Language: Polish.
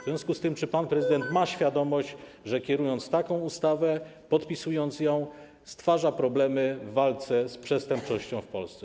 W związku z tym czy pan prezydent ma świadomość, że kierując taką ustawę, podpisując ją, stwarza problemy w walce z przestępczością w Polsce?